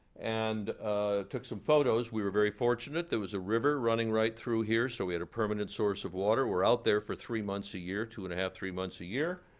and took some photos. we were very fortunate, there was a river running right through here, so we had a permanent source of water. we're out there for three months a year, two and a half, three months a year.